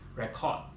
record